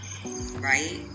right